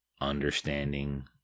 understanding